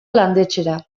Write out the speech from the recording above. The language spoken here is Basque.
landetxera